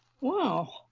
Wow